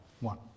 One